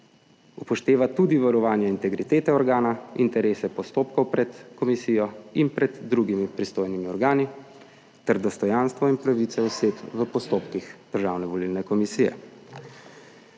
upošteva tudi varovanje integritete organa, interese postopkov pred komisijo in pred drugimi pristojnimi organi ter dostojanstvo in pravice oseb v postopkih Državne volilne komisije.